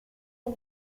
del